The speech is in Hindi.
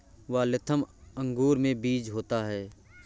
वाल्थम अंगूर में बीज होता है